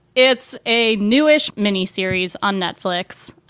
it's a newish mini series on netflix.